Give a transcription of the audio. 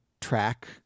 track